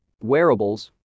Wearables